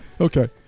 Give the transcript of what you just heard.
okay